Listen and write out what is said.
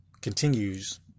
continues